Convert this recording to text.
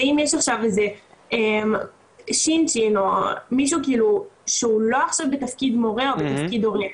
ואם יש עכשיו איזה מישהו שהוא לא עכשיו בתפקיד מורה או בתפקיד הורה,